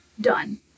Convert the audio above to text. Done